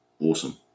awesome